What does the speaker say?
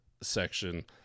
section